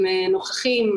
הם נוכחים.